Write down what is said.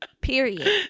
period